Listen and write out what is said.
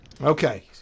Okay